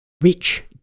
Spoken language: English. rich